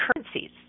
currencies